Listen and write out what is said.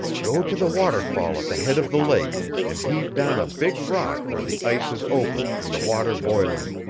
go to the waterfall at the head of the lake and heave down a big rock where the ice is open and the water boiling.